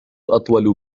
أطول